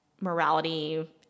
morality